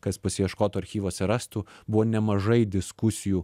kas pasiieškotų archyvuose rastų buvo nemažai diskusijų